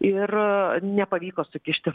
ir nepavyko sukišti